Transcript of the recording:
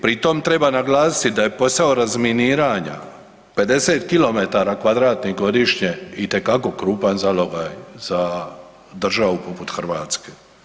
Pri tom treba naglasiti da je posao razminiranja 50 km2 godišnje itekako krupan zalogaj za državu poput Hrvatske.